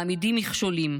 מעמידים מכשולים,